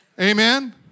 Amen